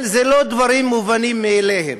אלה לא דברים מובנים מאליהם.